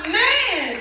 man